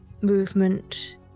movement